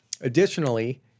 Additionally